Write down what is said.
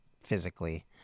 physically